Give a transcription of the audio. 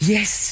Yes